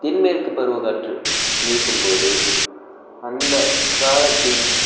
தென்மேற்கு பருவக்காற்று வீசும்போது அந்த காலத்தின்